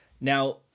now